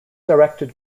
directed